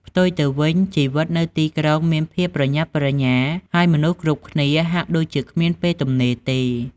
ផ្ទុយទៅវិញ ជីវិតនៅទីក្រុងមានភាពប្រញាប់ប្រញាល់ ហើយមនុស្សគ្រប់គ្នាហាក់ដូចជាគ្មានពេលទំនេរទេ។